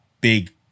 big